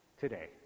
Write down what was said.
today